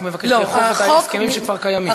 החוק, הוא רק מבקש לאכוף את ההסכמים שכבר קיימים.